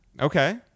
Okay